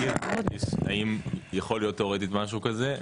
האם יכול להיות תיאורטית משהו כזה?